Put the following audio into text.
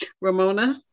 Ramona